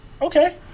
Okay